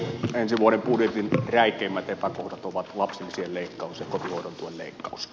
ensi vuoden budjetin räikeimmät epäkohdat ovat lapsilisien leikkaus ja kotihoidon tuen leikkaus